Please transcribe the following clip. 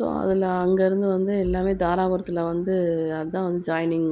so அதில் அங்கேருந்து வந்து எல்லாமே தாராபுரத்தில் வந்து அதான் வந்து ஜாயினிங்